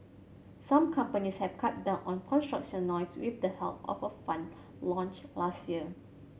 some companies have cut down on construction noise with the help of a fund launched last year